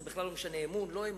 זה בכלל לא משנה אמון לא אמון.